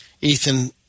Ethan